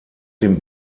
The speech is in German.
dem